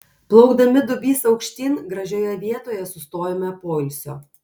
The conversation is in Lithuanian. plaukdami dubysa aukštyn gražioje vietoje sustojome poilsio